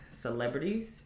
celebrities